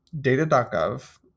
data.gov